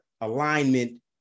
alignment